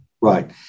Right